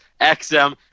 XM